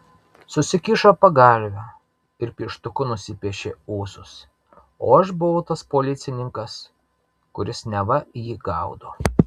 susikišo pagalvę ir pieštuku nusipiešė ūsus o aš buvau tas policininkas kuris neva jį gaudo